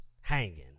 hanging